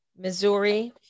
Missouri